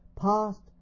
past